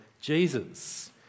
Jesus